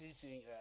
teaching